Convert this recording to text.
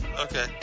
Okay